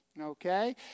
Okay